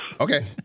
Okay